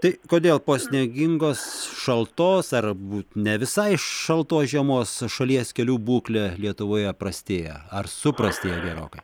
tai kodėl po sniegingos šaltos ar būt ne visai šaltos žiemos šalies kelių būklė lietuvoje prastėja ar suprastėjo gerokai